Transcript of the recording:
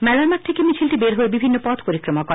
মেলারমাঠ থেকে মিছিলটি বের হয়ে বিভিন্ন পখ পরিক্রমা করে